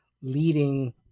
leading